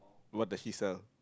what does she sell